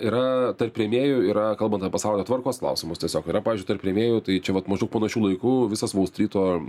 yra tarp rėmėjų yra kalbant apie pasaulio tvarkos klausimus tiesiog yra pavyzdžiui tarp rėmėjų tai čia vat maždaug panašiu laiku visas volstryto